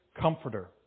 comforter